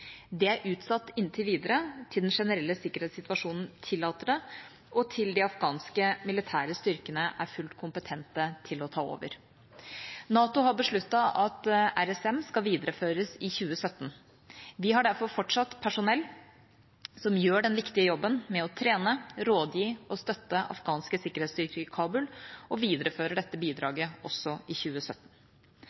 Det er utsatt inntil videre, til den generelle sikkerhetssituasjonen tillater det og til de afghanske militære styrkene er fullt kompetente til å ta over. NATO har besluttet at RSM skal videreføres i 2017. Vi har derfor fortsatt personell som gjør den viktige jobben med å trene, rådgi og støtte afghanske sikkerhetsstyrker i Kabul, og viderefører dette bidraget også i 2017.